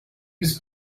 was